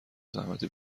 زحمت